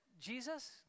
Jesus